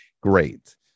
Great